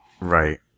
Right